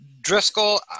Driscoll